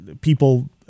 people